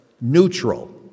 neutral